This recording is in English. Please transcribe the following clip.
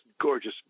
gorgeous